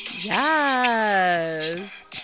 Yes